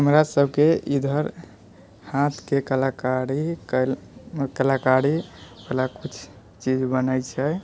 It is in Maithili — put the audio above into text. हमरासभके इधर हाथके कलाकारी कलाकारी कला कुछ चीज बनाय छै